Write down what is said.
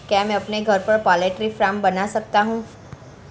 क्या मैं अपने घर पर पोल्ट्री फार्म बना सकता हूँ?